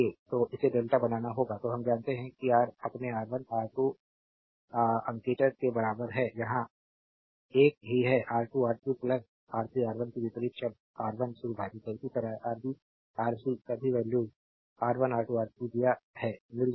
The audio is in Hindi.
तो इसे डेल्टा बनाना होगा तो हम जानते हैं रा अपने R1 R2 अंकेटर के बराबर है यहां एक ही है R2R3 R3R1 कि विपरीत शब्द R1 से विभाजित है इसी तरह आरबी आर सी सभी वैल्यूज R1 R2 R3 दिया है मिल जाएगा